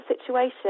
situation